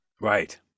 Right